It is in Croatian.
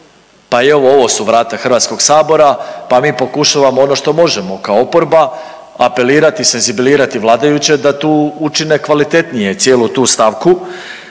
Pa evo i ovo su vrata Hrvatskog sabora pa mi pokušavamo ono što možemo kao oporba apelirati, senzibilizirati vladajuće da tu učine kvalitetnije cijelu tu stavku.